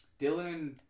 Dylan